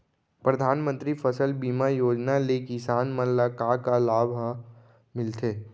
परधानमंतरी फसल बीमा योजना ले किसान मन ला का का लाभ ह मिलथे?